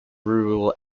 rural